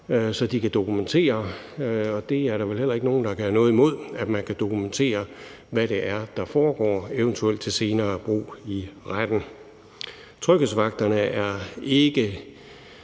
så de kan dokumentere – og det er der vel heller ikke nogen der kan have noget imod – hvad der foregår, eventuelt til senere brug i retten. Tryghedsvagterne er ikke